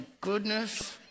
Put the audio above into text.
goodness